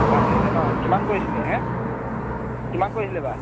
ভালেই হৈছে ন কিমান কৰিছিলে হেঁ কিমান কৰিছিলে এইবাৰ